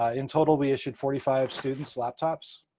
ah in total, we issued forty five students laptops.